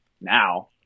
now